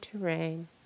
terrain